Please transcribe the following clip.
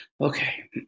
Okay